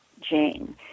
Jane